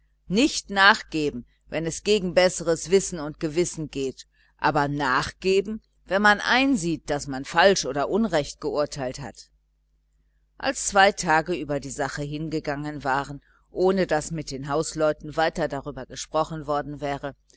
nicht nachgeben wenn es gegen besseres wissen und gewissen geht aber nachgeben sobald man einsieht daß man falsch oder unrecht geurteilt hat als zwei tage über die sache hingegangen waren ohne daß mit den hausleuten weiter darüber gesprochen worden wäre